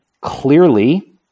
Clearly